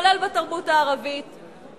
כולל בתרבות הערבית,